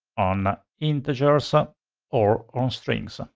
on integers ah or on strings.